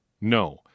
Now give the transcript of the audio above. no